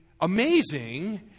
amazing